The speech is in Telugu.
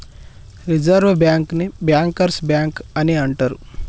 రిజర్వ్ బ్యాంకుని బ్యాంకర్స్ బ్యాంక్ అని అంటరు